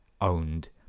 owned